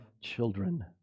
children